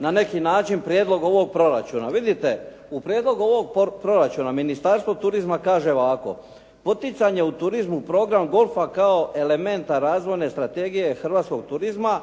na neki način prijedlog ovog proračuna. Vidite, u prijedlogu ovog proračuna Ministarstvo turizma kaže ovako: "Poticanje u turizmu program golfa kao elementa razvojne strategije hrvatskog turizma